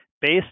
based